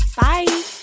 Bye